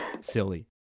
silly